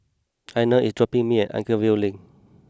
Einar is dropping me off at Anchorvale Link